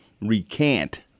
recant